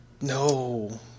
No